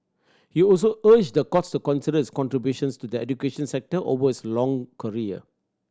he also urged the court to consider his contributions to the education sector over his long career